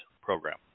program